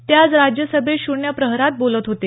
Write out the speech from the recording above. ते आज राज्यसभेत शून्य प्रहरात बोलत होते